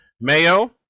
mayo